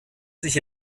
sich